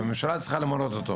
והממשלה צריכה למנות אותו.